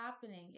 happening